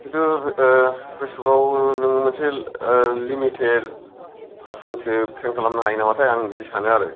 खिन्थु फेसबुकाव नोङो मोनसे लिमिटेड पारसोन सो फ्रेन्ड खालामनो हायो नामाथाय आं बिदि सानो आरो